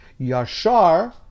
Yashar